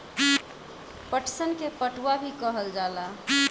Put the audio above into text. पटसन के पटुआ भी कहल जाला